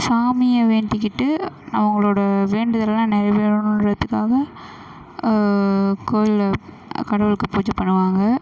சாமியை வேண்டிகிட்டு அவங்களோட வேண்டுதலெல்லாம் நிறைவேறணுன்றதுக்காக கோவிலு கடவுளுக்கு பூஜை பண்ணுவாங்க